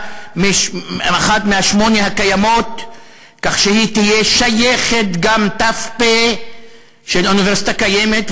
משמונה הקיימות כך שהיא תהיה ת"פ של אוניברסיטה קיימת,